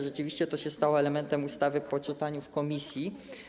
Rzeczywiście to się stało elementem ustawy po czytaniu w komisji.